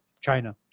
China